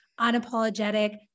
unapologetic